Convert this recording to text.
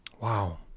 Wow